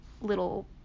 little